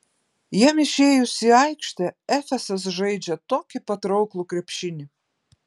jam išėjus į aikštę efesas žaidžią tokį patrauklų krepšinį